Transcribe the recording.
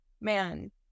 man